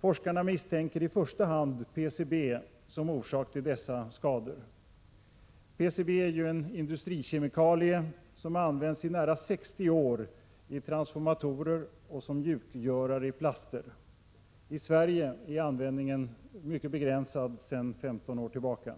Forskarna misstänker i första hand PCB som orsak till dessa skador. PCB är ju en industrikemikalie som i nära 60 år har använts i transformatorer och som mjukgörare i plaster. I Sverige är användningen mycket begränsad sedan 15 år tillbaka.